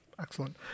Excellent